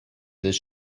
this